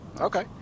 Okay